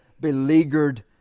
beleaguered